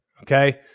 Okay